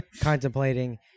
contemplating